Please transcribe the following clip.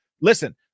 listen